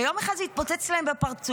ויום אחד זה יתפוצץ להם בפרצוף,